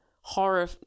horror